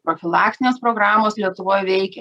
profilaktinės programos lietuvoj veikia